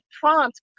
prompt